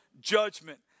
judgment